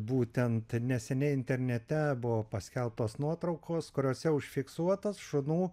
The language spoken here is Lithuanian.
būtent neseniai internete buvo paskelbtos nuotraukos kuriose užfiksuotas šunų